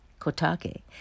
Kotake